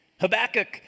Habakkuk